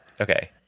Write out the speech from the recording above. Okay